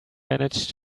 manage